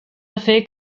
afer